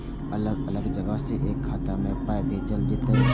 अलग अलग जगह से एक खाता मे पाय भैजल जेततै?